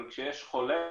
אבל כשיש חולה,